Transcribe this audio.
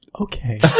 Okay